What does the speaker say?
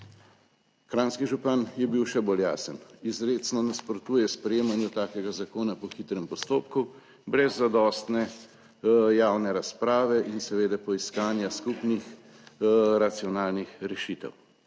Kranjski župan je bil še bolj jasen, izrecno nasprotuje sprejemanju takega zakona po hitrem postopku brez zadostne javne razprave in seveda poiskanja skupnih racionalnih rešitev.